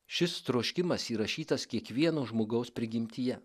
šis troškimas įrašytas kiekvieno žmogaus prigimtyje